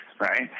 right